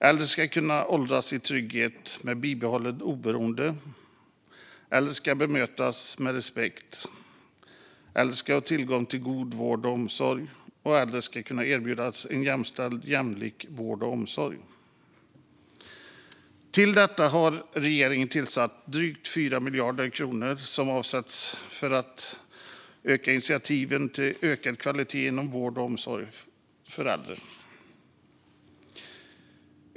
Äldre ska kunna åldras i trygghet och med bibehållet oberoende. Äldre ska bemötas med respekt. Äldre ska ha tillgång till god vård och omsorg, och äldre ska erbjudas jämställd och jämlik vård och omsorg. För detta har regeringen tillfört drygt 4 miljarder kronor, som avsätts för initiativ för ökad kvalitet inom vård och omsorg av äldre.